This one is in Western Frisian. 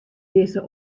dizze